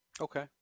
Okay